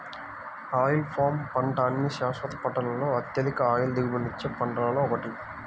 oil palm పంట అన్ని శాశ్వత పంటలలో అత్యధిక ఆయిల్ దిగుబడినిచ్చే పంటలలో ఒకటి